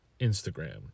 Instagram